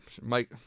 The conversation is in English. Mike